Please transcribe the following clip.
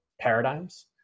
paradigms